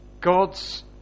God's